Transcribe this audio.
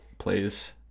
plays